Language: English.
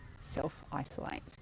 self-isolate